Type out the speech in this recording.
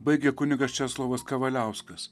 baigė kunigas česlovas kavaliauskas